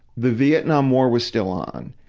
the vietnam war was still on,